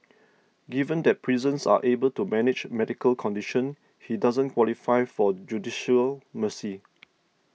given that prisons are able to manage medical condition he doesn't qualify for judicial mercy